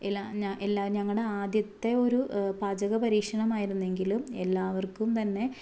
ഇലാഞ എല്ലാ ഞങ്ങളുടെ ആദ്യത്തെ ഒരു പാചക പരീക്ഷണമായിരുന്നെങ്കിലും എല്ലാവര്ക്കും തന്നെ